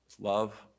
love